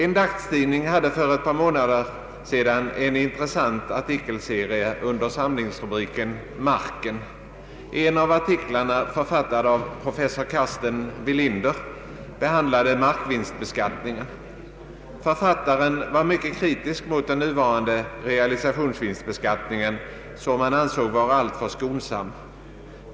En dagstidning hade för ett par månader sedan en intressant artikelserie under samlingsrubriken ”Marken”. En av artiklarna, författad av professor Carsten Welinder, behandlade markvinstbeskattningen. Författaren var mycket kritisk mot den nuvarande realisationsvinstbeskattningen, som han ansåg vara alltför skonsam.